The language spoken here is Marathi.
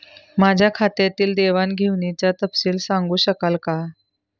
माझ्या खात्यातील देवाणघेवाणीचा तपशील सांगू शकाल काय?